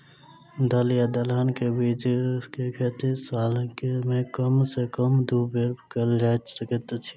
दल या दलहन केँ के बीज केँ खेती साल मे कम सँ कम दु बेर कैल जाय सकैत अछि?